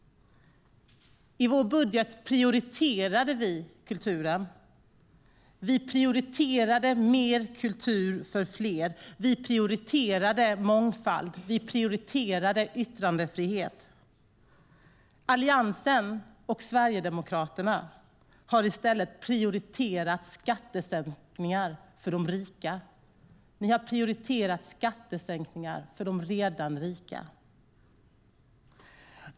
I vår budget prioriterade vi kulturen. Vi prioriterade mer kultur för fler. Vi prioriterade mångfald. Vi prioriterade yttrandefrihet. Alliansen och Sverigedemokraterna har i stället prioriterat skattesänkningar för de redan rika.